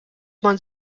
man